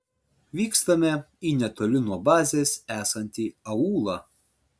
vykstame į netoli nuo bazės esantį aūlą